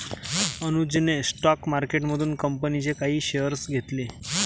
अनुजने स्टॉक मार्केटमधून कंपनीचे काही शेअर्स घेतले